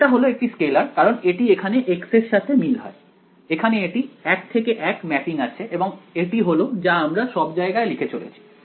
এটা হল একটি স্কেলার কারণ এটি এখানে x এর সাথে মিল হয় এখানে এটি 1 থেকে 1 ম্যাপিং আছে এবং এটি হল যা আমরা সব জায়গায় লিখে চলেছি